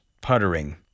puttering